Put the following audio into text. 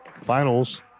finals